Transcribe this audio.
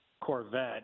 Corvette